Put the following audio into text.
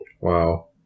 Wow